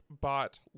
bought